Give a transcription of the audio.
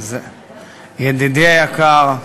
ידידי היקר,